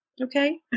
Okay